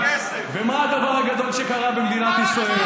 מנסור, אתה תשריין לו מקום, הוא צריך,